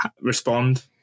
respond